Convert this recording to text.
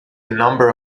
number